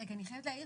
אני חייבת להעיר,